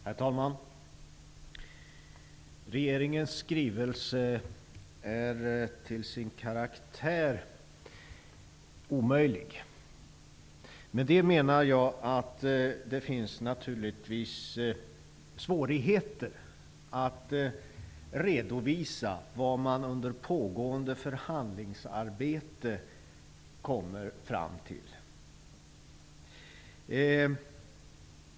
Herr talman! Regeringens skrivelse är till sin karaktär omöjlig. Med det menar jag att det finns svårigheter att redovisa vad man under pågående förhandlingsarbete kommer fram till.